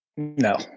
No